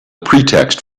pretext